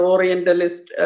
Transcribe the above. Orientalist